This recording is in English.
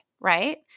right